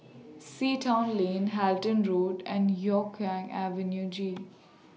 Sea Town Lane Halton Road and Hougang Avenue G